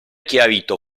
chiarito